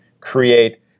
create